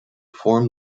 form